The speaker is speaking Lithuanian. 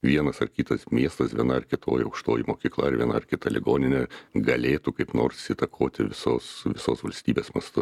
vienas ar kitas miestas viena ar kitoji aukštoji mokykla ar viena ar kita ligoninė galėtų kaip nors įtakoti visos visos valstybės mastu